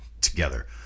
together